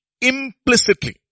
implicitly